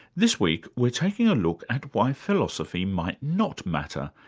this week we're taking a look at why philosophy might not matter,